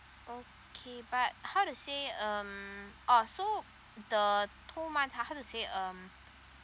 okay but how to say um oh so the two months how to say um